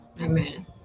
Amen